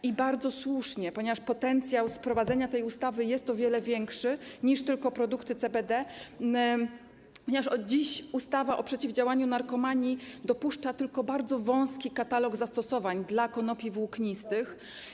I bardzo słusznie, ponieważ potencjał z wprowadzenia tej ustawy jest o wiele większy niż tylko produkty CBD, ponieważ od dziś ustawa o przeciwdziałaniu narkomanii dopuszcza tylko bardzo wąski katalog zastosowań dla konopi włóknistych.